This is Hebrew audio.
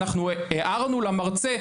אנחנו הערנו למרצה,